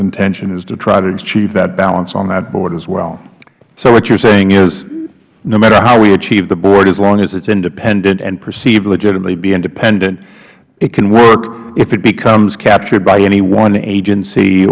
intention is to try to achieve that balance on that board as well chairman issa so what you are saying is no matter how we achieve the board as long as it is independent and perceived legitimately to be independent it can work if it becomes captured by any one agency